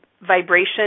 vibration